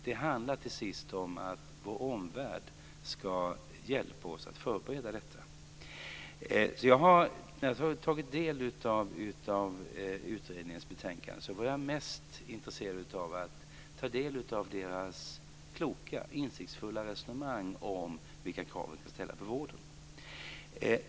Det handlar till sist om att vår omvärld ska hjälpa oss att förbereda detta. När jag studerat utredningens betänkande var jag mest intresserad av att ta del av dess kloka och insiktsfulla resonemang om vilka krav vi ska ställa på vården.